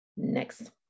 next